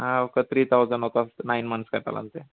ఒక three thousand ఒక nine months కట్టాలి అంతే